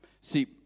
See